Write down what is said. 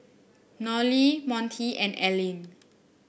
Nolie Montie and Ellyn